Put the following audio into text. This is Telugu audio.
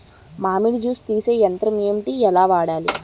మామిడి జూస్ తీసే యంత్రం ఏంటి? ఎలా వాడాలి?